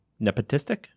nepotistic